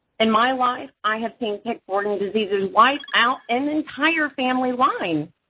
in my life i have seen tick-borne diseases wipe out an entire family line.